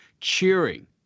cheering